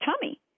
tummy